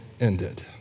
ended